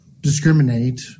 discriminate